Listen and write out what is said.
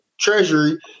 Treasury